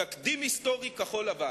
תקדים היסטורי כחול-לבן.